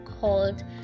called